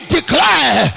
declare